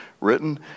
written